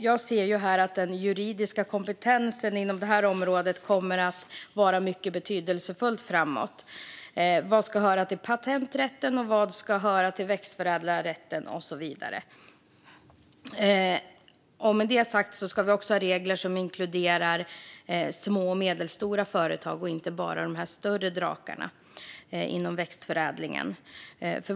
Jag ser att den juridiska kompetensen inom detta område kommer att vara mycket betydelsefull framåt. Vad ska höra till patenträtt, och vad ska höra till växtförädlarrätt? Med det sagt måste vi ha regler som också inkluderar små och medelstora företag och inte bara de stora drakarna inom växtförädlingen.